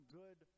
good